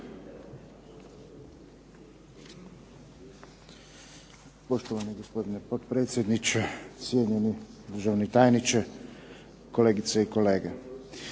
Poštovani gospodine potpredsjedniče, cijenjeni državni tajniče, kolegice i kolege.